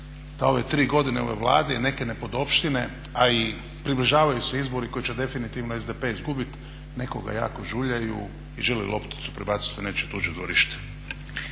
ove tri godine u ovoj Vladi neke nepodopštine, a i približavaju se izbori koji će definitivno SDP izgubit, nekoga jako žuljaju i žele lopticu prebacit na nečije tuđe dvorište.